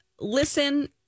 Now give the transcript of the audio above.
Listen